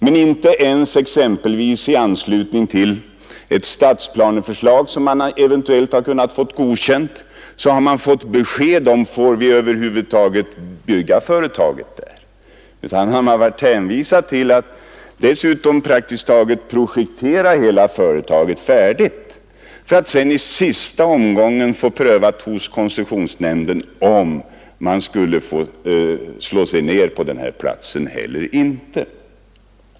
Men inte ens exempelvis i anslutning till ett stadsplaneförslag som man eventuellt har kunnat få godkänt har man fått besked om man över huvud taget får bygga företaget där, utan man har varit hänvisad till att praktiskt taget projektera hela företaget färdigt för att sedan i sista omgången få prövat hos koncessionsnämnden om man skall få slå sig ner på platsen.